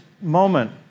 moment